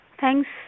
Thanks